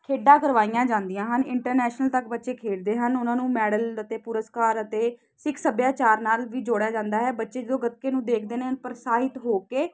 ਖੇਡਾਂ ਕਰਵਾਈਆਂ ਜਾਂਦੀਆਂ ਹਨ ਇੰਟਰਨੈਸ਼ਨਲ ਤੱਕ ਬੱਚੇ ਖੇਡਦੇ ਹਨ ਉਹਨਾਂ ਨੂੰ ਮੈਡਲ ਅਤੇ ਪੁਰਸਕਾਰ ਅਤੇ ਸਿੱਖ ਸੱਭਿਆਚਾਰ ਨਾਲ ਵੀ ਜੋੜਿਆ ਜਾਂਦਾ ਹੈ ਬੱਚੇ ਜੋ ਗੱਤਕੇ ਨੂੰ ਦੇਖਦੇ ਨੇ ਪ੍ਰੋਤਸਾਹਿਤ ਹੋ ਕੇ